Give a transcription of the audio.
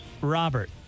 Robert